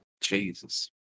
Jesus